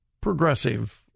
progressive